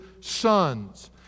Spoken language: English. sons